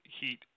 heat